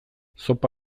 zopa